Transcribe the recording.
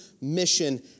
mission